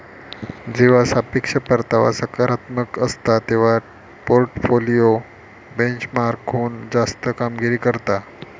जेव्हा सापेक्ष परतावा सकारात्मक असता, तेव्हा पोर्टफोलिओ बेंचमार्कहुन जास्त कामगिरी करता